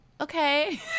okay